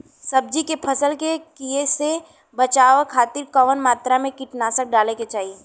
सब्जी के फसल के कियेसे बचाव खातिन कवन मात्रा में कीटनाशक डाले के चाही?